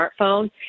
smartphone